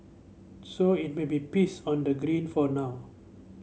so it may be peace on the green for now